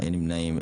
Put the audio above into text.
אין נמנעים?